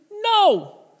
No